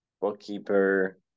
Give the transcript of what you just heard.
bookkeeper